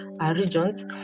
Regions